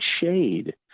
shade